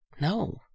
No